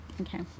Okay